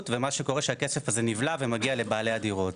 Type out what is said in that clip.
ומה שקורה זה שהכסף הזה נבלע ומגיע לבעלי הדירות.